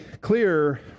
clear